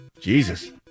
Jesus